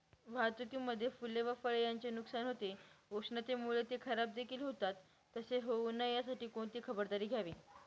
वाहतुकीमध्ये फूले व फळे यांचे नुकसान होते, उष्णतेमुळे ते खराबदेखील होतात तसे होऊ नये यासाठी कोणती खबरदारी घ्यावी?